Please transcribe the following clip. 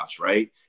right